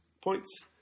points